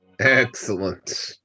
Excellent